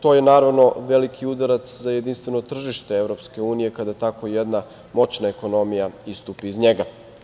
To je naravno veliki udarac za jedinstveno tržište EU, kada tako jedna moćna ekonomija istupi iz njega.